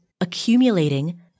accumulating